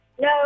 No